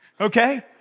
okay